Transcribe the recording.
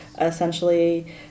essentially